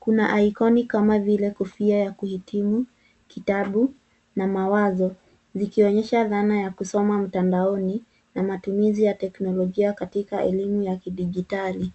Kuna ikoni kama vile kofia ya kuhitumu, kitabu na mawazo zikionyesha dhana ya kusoma mtandaoni na matumizi ya teknolojia katika elimu ya kidijitali.